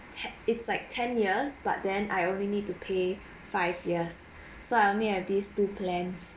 ten it's like ten years but then I only need to pay five years so I only have these two plans